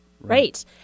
Right